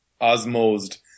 osmosed